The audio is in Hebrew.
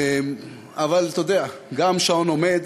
אבל אתה יודע גם שעון עומד,